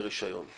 לרישיון.